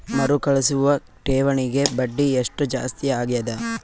ಮರುಕಳಿಸುವ ಠೇವಣಿಗೆ ಬಡ್ಡಿ ಎಷ್ಟ ಜಾಸ್ತಿ ಆಗೆದ?